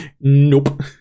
Nope